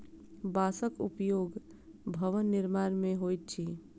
बांसक उपयोग भवन निर्माण मे होइत अछि